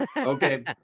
Okay